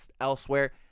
elsewhere